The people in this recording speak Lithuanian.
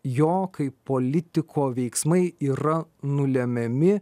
jo kaip politiko veiksmai yra nulemiami